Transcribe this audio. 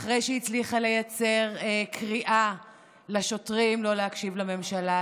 ואחרי שהיא הצליחה לייצר קריאה לשוטרים לא להקשיב לממשלה,